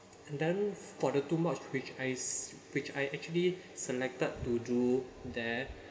and then for the two mods which I s~ which I actually selected to do there